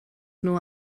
nur